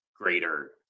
greater